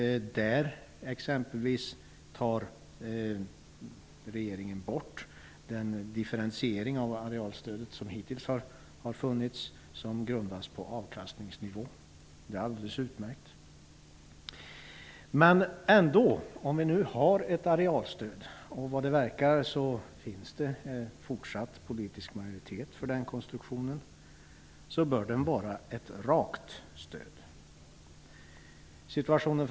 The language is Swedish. Exempelvis tar regeringen bort den differentiering av arealstödet som hittills funnits, som grundas på avkastningsnivån. Det är alldeles utmärkt. Men om vi nu har ett arealstöd -- såvitt jag förstår finns det fortsatt politisk majoritet för en sådan konstruktion -- bör det vara ett rakt sådant.